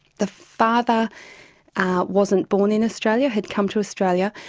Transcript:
the father wasn't born in australia, had come to australia.